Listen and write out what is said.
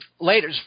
later